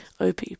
OP